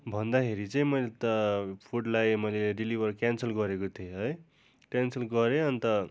भन्दाखेरि चाहिँ मैले त फुडलाई मैले डिलिभर क्यान्सल गरेको थिएँ है क्यान्सल गरेँ अन्त